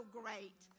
great